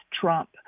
Trump